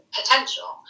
potential